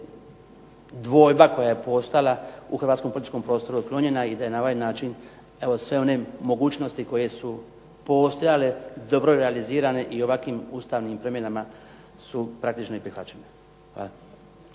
jedna dvojba koja je postala u hrvatskom političkom prostoru otklonjena i da je na ovaj način evo sve one mogućnosti koje su postojale dobro realizirane i ovakvim ustavnim promjenama su praktične i prihvaćene.